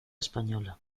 española